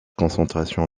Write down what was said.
concentration